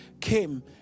came